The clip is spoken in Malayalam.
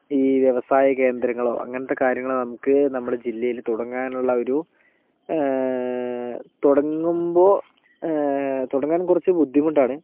ഈ വ്യവസായ കേന്ദ്രങ്ങളോ അങ്ങനത്തെ കാര്യങ്ങൾ നമുക്ക് നമ്മുടെ ജില്ലയിൽ തുടങ്ങാനുള്ള ഒരു തുടങ്ങുമ്പോൾ തുടങ്ങാനും കുറച്ചു ബുദ്ധിമുട്ടാണ്